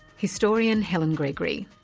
historian helen gregory,